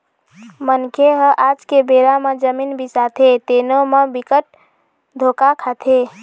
मनखे ह आज के बेरा म जमीन बिसाथे तेनो म बिकट धोखा खाथे